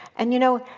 and you know,